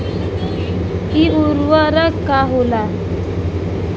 इ उर्वरक का होला?